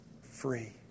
Free